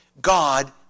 God